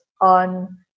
on